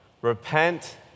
Repent